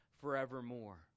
forevermore